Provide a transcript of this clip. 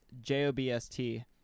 j-o-b-s-t